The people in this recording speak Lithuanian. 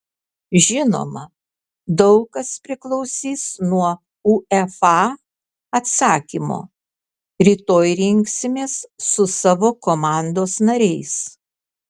žinoma daug kas priklausys nuo uefa atsakymo rytoj rinksimės su savo komandos nariais